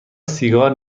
سیگار